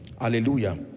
hallelujah